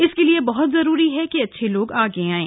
इसके लिए बहुत जरूरी है कि अच्छे लोग आगे आएं